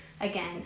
again